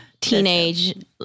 teenage